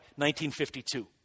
1952